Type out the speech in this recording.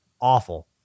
Awful